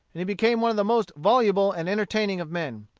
and he became one of the most voluble and entertaining of men.